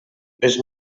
les